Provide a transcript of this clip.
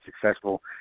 successful